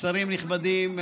שרים נכבדים,